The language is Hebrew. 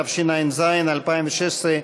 התשע"ז 2016,